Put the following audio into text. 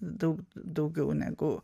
daug daugiau negu